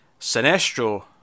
Sinestro